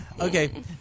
Okay